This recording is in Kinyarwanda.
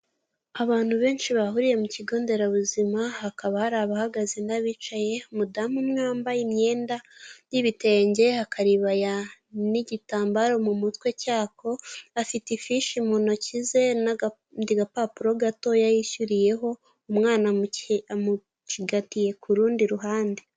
Abantu benshi bahuriye mu kigo nderabuzima hakaba hari abahagaze n'abicaye umudamu umwe wambaye imyenda y'ibitenge akaribaya n'igitambaro mu mutwe cy'ako afite ifishi mu ntoki ze n'akandi gapapuro gato yishyuriyeho umwana amucigatiye ku rundi ruhande.